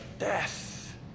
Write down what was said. Death